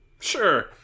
Sure